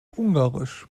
ungarisch